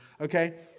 okay